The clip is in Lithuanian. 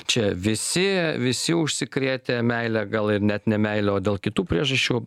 čia visi visi užsikrėtę meile gal ir net ne meile o dėl kitų priežasčių